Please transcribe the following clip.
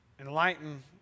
enlighten